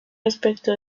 respecto